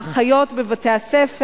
האחיות בבתי-הספר.